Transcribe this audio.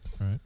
Right